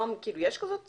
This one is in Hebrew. היום יש כזו ועדה?